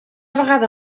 vegada